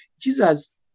Jesus